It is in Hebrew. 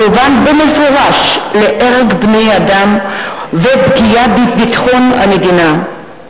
מכוון במפורש להרג בני-אדם ופגיעה בביטחון המדינה.